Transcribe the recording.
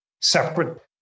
separate